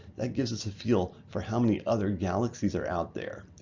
that gives us a feel for how many other galaxies are out there.